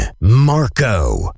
Marco